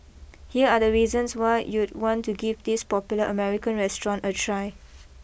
here are the reasons why you'd want to give this popular American restaurant a try